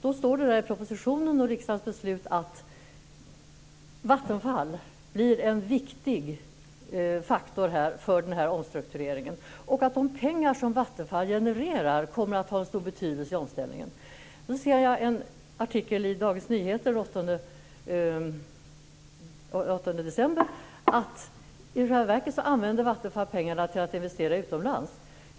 I propositionen och riksdagens beslut står det att Vattenfall blir en viktig faktor för omstruktureringen och att de pengar som Vattenfall genererar kommer att ha stor betydelse i omställningen. Jag läste i en artikel i Dagens Nyheter den 8 december att Vattenfall i själva verket använder pengarna till att investera utomlands.